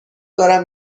دارم